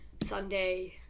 Sunday